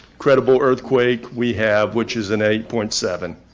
credible earthquake we have, which is an eight point seven.